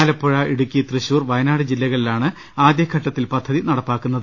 ആലപ്പുഴ ഇടുക്കി തൃശൂർ വയനാട് ജില്ലകളിലാണ് ആദ്യ ഘട്ടത്തിൽ പദ്ധതി നടപ്പാക്കുന്നത്